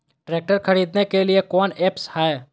Tractor खरीदने के लिए कौन ऐप्स हाय?